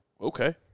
okay